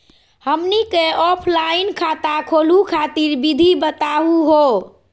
हमनी क ऑफलाइन खाता खोलहु खातिर विधि बताहु हो?